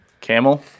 Camel